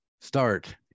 start